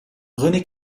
rené